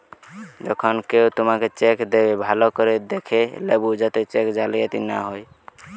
যখন কেও তোমাকে চেক দেবে, ভালো করে দেখে লেবু যাতে চেক জালিয়াতি না হয়